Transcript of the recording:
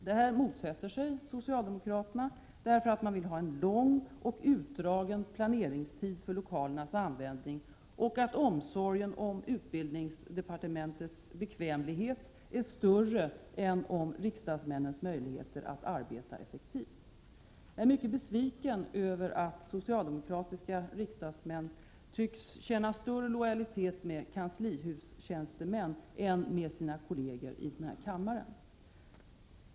Detta motsätter sig socialdemokraterna, därför att man vill ha en lång och utdragen planeringstid för användningen av lokalerna och därför att omsorgen om utbildningsdepartementets bekvämlighet är större än om riksdagsmännens möjligheter att arbeta effektivt. Jag är mycket besviken över att socialdemokratiska riksdagsmän tycks känna större lojalitet med kanslihustjänstemän än med sina kolleger i denna kammare.